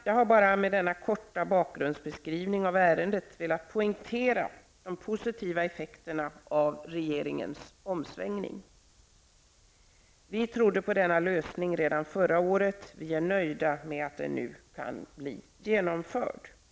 Jag har bara med denna korta bakgrundsbeskrivning av ärendet velat poängtera de positiva effekterna av regeringens omsvängning. Vi trodde på denna lösning redan förra året, och vi är nöjda med att den nu kan bli genomförd. Herr talman!